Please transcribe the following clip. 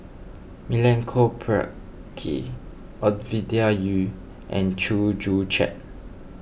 Milenko Prvacki Ovidia Yu and Chew Joo Chiat